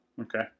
Okay